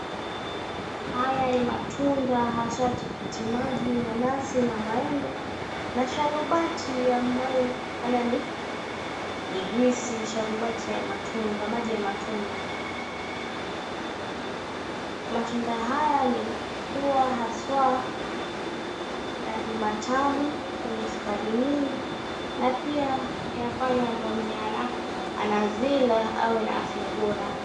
Haya ni matunda haswa tikitiki maji, nanasi, maembe na sharubati ambayo ni juisi sharubati ya maji ya matunda. Matunda haya huwa haswa ni matamu, wenye sukari nyingi na pia inafanya mwenye anazila awe na afya bora.